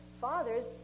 fathers